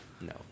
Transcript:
No